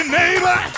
neighbor